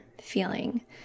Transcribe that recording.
feeling